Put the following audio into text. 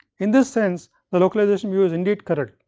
in this sense the localization view is indeed correct,